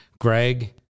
Greg